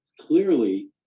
clearly